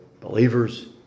believers